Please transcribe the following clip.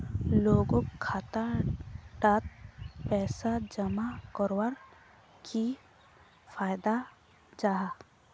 लोगोक खाता डात पैसा जमा कवर की फायदा जाहा?